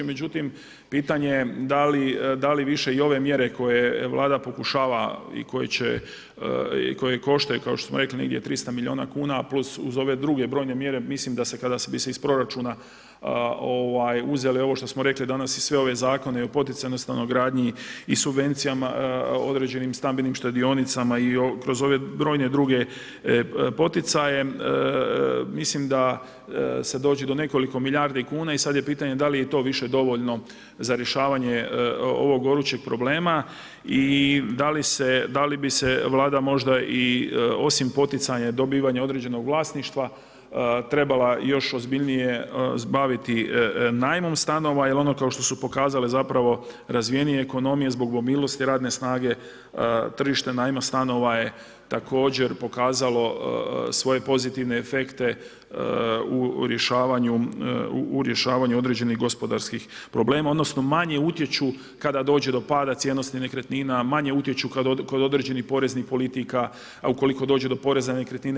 Međutim, pitanje je da li više i ove mjere koje Vlada pokušava i koje će koje koštaju kao što smo rekli negdje 300 miliona kuna plus uz ove druge brojne mjere, mislim da se kada bi se iz proračuna uzeli ovo što smo rekli danas i sve ove zakone o poticanoj stanogradnji i subvencijama određenim stambenim štedionicama i kroz ove brojne druge poticaje, mislim da se dođe do nekoliko milijardi kuna i sad je pitanje da li je to više dovoljno za rješavanje ovog gorućeg problema i da li bi se Vlada možda i osim poticanja i dobivanja određenog vlasništva trebala još ozbiljnije baviti najmom stanova jer ono, kao što su pokazale zapravo razvijenije ekonomije zbog mobilnosti radne snage tržište najma stanova je također pokazalo svoje pozitivne efekte u rješavanju određenih gospodarskih problema, odnosno manje utječu kada dođe do pada cjenosti nekretnina, manje utječu kod određenih poreznih politika, ukoliko dođe do poreza na nakretnine.